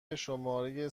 شماره